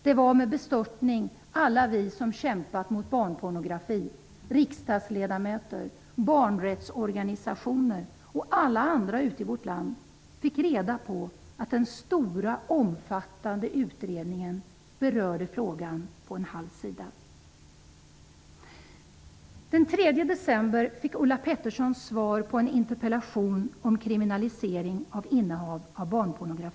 Det var med bestörtning alla vi som kämpat mot barnpornografi, riksdagsledamöter, barnrättsorganisationer och alla andra ute i vårt land fick reda på att den stora omfattande utredningen berörde frågan på en halv sida.